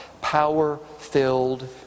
power-filled